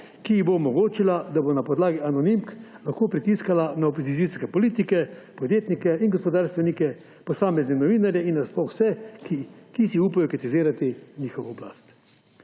ki ji bo omogočila, da bo na podlagi anonimk lahko pritiskala na opozicijske politike, podjetnike in gospodarstvenike, posamezne novinarje in sploh vse, ki si upajo kritizirati njihovo oblast.